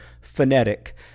phonetic